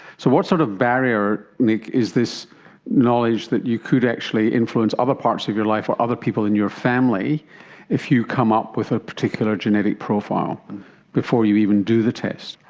so what sort of barrier, nic, is this knowledge that you could actually influence other parts of your life or other people in your family if you come up with a particular genetic profile before you even do the test?